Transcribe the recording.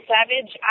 Savage